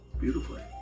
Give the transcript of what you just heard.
beautifully